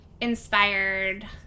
inspired